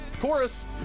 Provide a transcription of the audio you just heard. Chorus